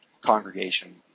congregation